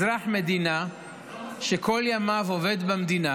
אזרח מדינה שכל ימיו עובד במדינה